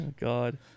God